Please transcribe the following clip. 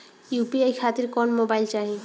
UPI खातिर कौन mobile चाहीं?